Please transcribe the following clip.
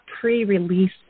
pre-release